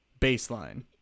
baseline